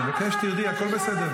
אני מבקש שתרדי, הכול בסדר.